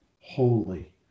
holy